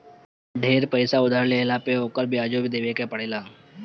ढेर पईसा उधार लेहला पे ओकर बियाजो देवे के पड़ेला